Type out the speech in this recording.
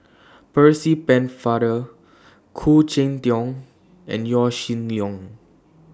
Percy Pennefather Khoo Cheng Tiong and Yaw Shin Leong